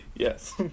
Yes